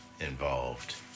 involved